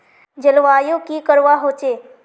जलवायु की करवा होचे?